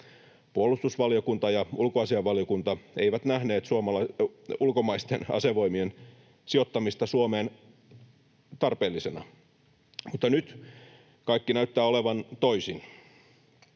Puolustusvaliokunta ja ulkoasiainvaliokunta eivät nähneet ulkomaisten asevoimien sijoittamista Suomeen tarpeellisena, mutta nyt kaikki näyttää olevan toisin.